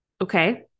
okay